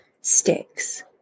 sticks